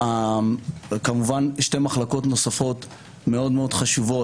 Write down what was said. כמובן שתי מחלקות נוספות מאוד חשובות,